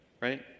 right